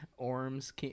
Orm's